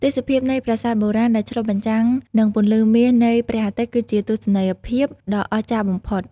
ទេសភាពនៃប្រាសាទបុរាណដែលឆ្លុះបញ្ចាំងនឹងពន្លឺមាសនៃព្រះអាទិត្យគឺជាទស្សនីយភាពដ៏អស្ចារ្យបំផុត។